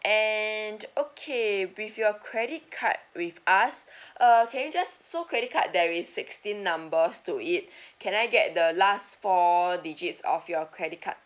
and okay with your credit card with us uh can you just so credit card there is sixteen numbers to it can I get the last four digits of your credit card